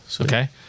Okay